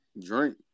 drink